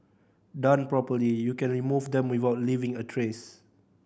done properly you can remove them without leaving a trace